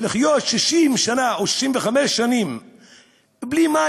לחיות 60 שנה או 65 שנים בלי מים?